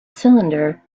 cylinder